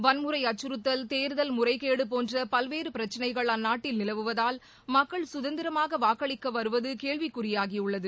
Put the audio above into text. வன்முறை அச்சுறுத்தல் தேர்தல் முறைகேடு போன்ற பல்வேற பிரச்சனைகள் அந்நாட்டில் நிலவுவதால் மக்கள் சுதந்திரமாக வாக்களிக்க வருவது கேள்விக்குறியாகியுள்ளது